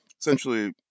essentially